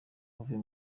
avuye